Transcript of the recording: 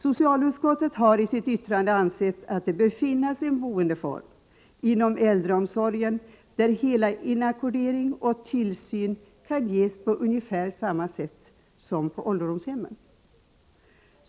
Socialutskottet har i sitt yttrande ansett att det bör finnas en boendeform inom äldreomsorgen där helinackordering och tillsyn kan ges på ungefär på samma sätt som på ålderdomshemmen.